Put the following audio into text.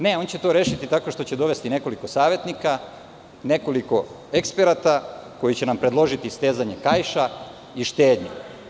Ne, on će to rešiti tako što će dovesti nekoliko savetnika, nekoliko eksperata koji će nam predložiti stezanje kaiša i štednju.